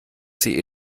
sie